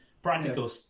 Practical